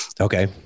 Okay